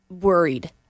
worried